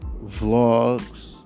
vlogs